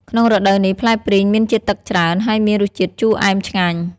ក្នុងរដូវនេះ ផ្លែព្រីងមានជាតិទឹកច្រើន ហើយមានរសជាតិជូរអែមឆ្ងាញ់។